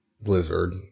Blizzard